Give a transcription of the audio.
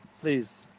Please